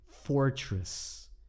fortress